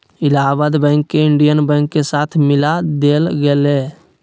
Allahabad bank के Indian bank के साथ मिला देल गेले